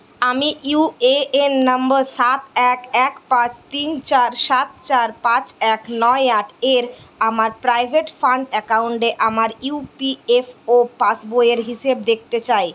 আমি U A N নম্বর সাত এক এক পাঁচ তিন চার সাত চার পাঁচ এক নয় আটের আমার প্রাইভেট ফান্ড অ্যাকাউন্টে আমার ই পি এফ ও পাসবইয়ের হিসেব দেখতে চাই